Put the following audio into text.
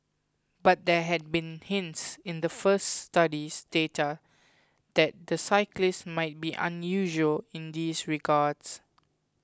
but there had been hints in the first study's data that the cyclists might be unusual in these regards